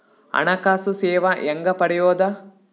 ಹಣಕಾಸು ಸೇವಾ ಹೆಂಗ ಪಡಿಯೊದ?